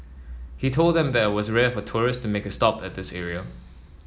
he told them that was rare for tourists make a stop at this area